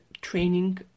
training